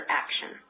action